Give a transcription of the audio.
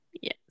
Yes